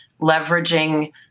leveraging